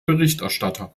berichterstatter